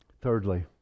Thirdly